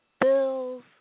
bills